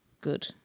Good